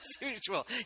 usual